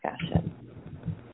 discussion